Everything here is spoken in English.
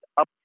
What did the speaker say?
up